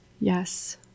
yes